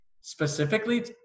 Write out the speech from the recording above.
specifically